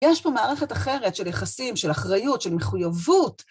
יש פה מערכת אחרת של יחסים, של אחריות, של מחויבות.